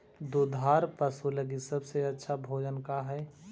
दुधार पशु लगीं सबसे अच्छा भोजन का हई?